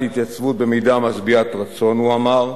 התייצבות במידה משביעת רצון" הוא אמר,